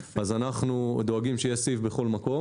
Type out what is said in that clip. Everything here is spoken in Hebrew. אנחנו דואגים שיהיה סיב בכל מקום.